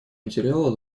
материала